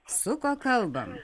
su kuo kalbam